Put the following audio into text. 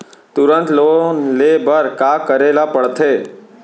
तुरंत लोन ले बर का करे ला पढ़थे?